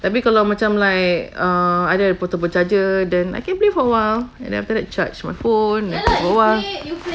tapi kalau macam like err either a portable charger then I can play for awhile and then after that charge my phone like for a while